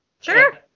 Sure